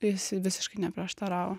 jis visiškai neprieštaravo